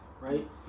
right